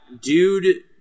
dude